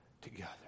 together